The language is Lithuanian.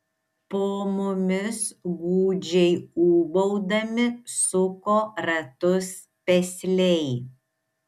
po mumis gūdžiai ūbaudami suko ratus pesliai